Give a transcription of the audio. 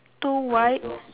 two white